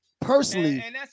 personally